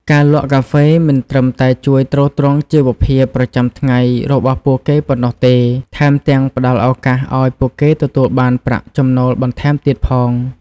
ការលក់កាហ្វេមិនត្រឹមតែជួយទ្រទ្រង់ជីវភាពប្រចាំថ្ងៃរបស់ពួកគេប៉ុណ្ណោះទេ ថែមទាំងផ្តល់ឱកាសឱ្យពួកគេទទួលបានប្រាក់ចំណូលបន្ថែមទៀតផង។